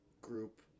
group